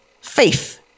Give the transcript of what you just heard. Faith